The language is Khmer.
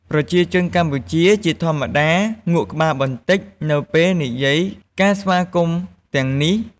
ប្រជាជនកម្ពុជា ជាធម្មតា ងក់ក្បាលបន្តិចនៅពេលនិយាយការស្វាគមន៍ទាំងនេះ។